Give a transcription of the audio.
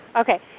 Okay